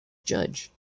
judge